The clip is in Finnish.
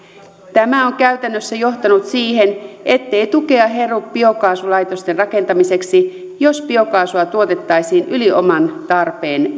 tämä on käytännössä johtanut siihen ettei tukea heru biokaasulaitosten rakentamiseksi jos biokaasua tuotettaisiin yli oman tarpeen